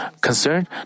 concerned